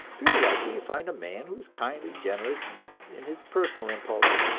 very likely you find a man who is kindly, generous in his personal impulses,